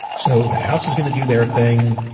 so the house is going to do their thing.